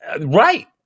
right